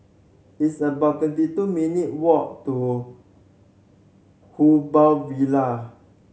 it's about twenty two minute walk to Who Bo Villa